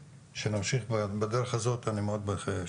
אז, שנמשיך בדרך הזו אני מאוד מאחל.